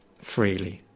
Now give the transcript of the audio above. freely